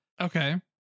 Okay